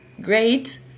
Great